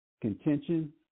contention